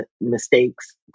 mistakes